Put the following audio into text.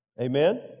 Amen